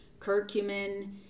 curcumin